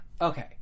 Okay